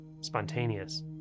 spontaneous